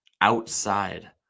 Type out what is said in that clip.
outside